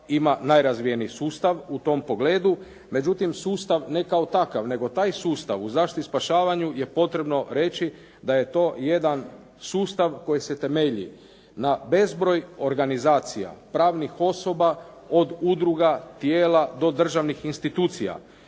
ima najrazvijeniji sustav u tom pogledu, međutim sustav ne kao takav nego taj sustav u zaštiti i spašavanju je potrebno reći da je to jedan sustav koji se temelji na bezbroj organizacija, pravnih osoba, od udruga, tijela do državnih institucija.